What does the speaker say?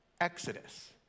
Exodus